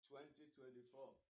2024